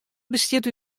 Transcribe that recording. bestiet